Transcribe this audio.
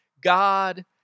God